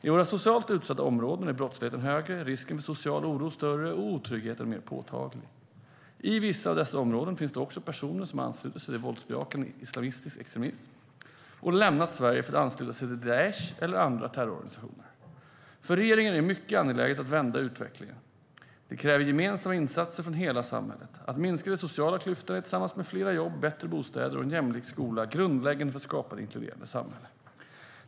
I våra socialt utsatta områden är brottsligheten högre, risken för social oro större och otryggheten mer påtaglig. I vissa av dessa områden finns det också personer som har anslutit sig till våldsbejakande islamistisk extremism och lämnat Sverige för att ansluta sig till Daish eller andra terrororganisationer. För regeringen är det mycket angeläget att vända utvecklingen. Det kräver gemensamma insatser från hela samhället. Att minska de sociala klyftorna är tillsammans med fler jobb, bättre bostäder och en jämlik skola grundläggande för att skapa ett inkluderande samhälle.